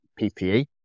PPE